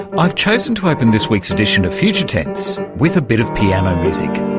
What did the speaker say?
i've chosen to open this week's edition of future tense with a bit of piano music.